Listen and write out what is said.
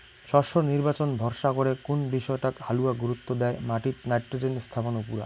শস্যর নির্বাচন ভরসা করে কুন বিষয়টাক হালুয়া গুরুত্ব দ্যায় মাটিত নাইট্রোজেন স্থাপন উপুরা